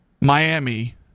Miami